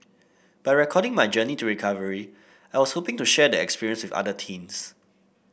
by recording my journey to recovery I was hoping to share the experience with other teens